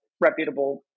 reputable